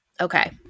Okay